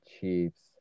Chiefs